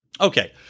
Okay